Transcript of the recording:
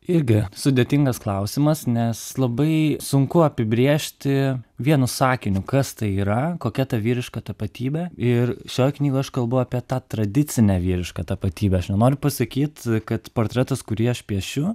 irgi sudėtingas klausimas nes labai sunku apibrėžti vienu sakiniu kas tai yra kokia ta vyriška tapatybė ir šioje knygoje aš kalbu apie tą tradicinę vyrišką tapatybę aš nenoriu pasakyt kad portretas kurį aš piešiu